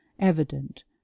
evident